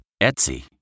Etsy